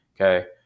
Okay